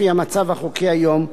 לפי המצב החוקי היום,